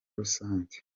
rusange